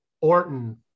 Orton